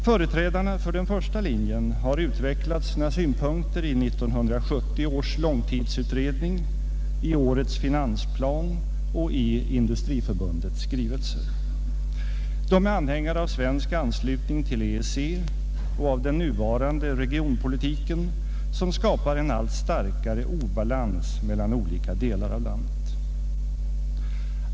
Företrädarna för den första linjen har utvecklat sina synpunkter i 1970 års långtidsutredning, i årets finansplan och Industriförbundets skrivelser. De är anhängare av svensk anslutning till EEC och av den nuvarande regionpolitiken, som skapar en allt starkare obalans mellan olika delar av landet.